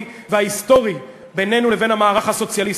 וההיסטורי בינינו לבין המערך הסוציאליסטי.